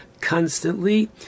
constantly